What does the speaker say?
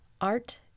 Art